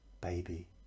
baby